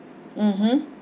mmhmm